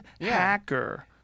hacker